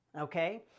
okay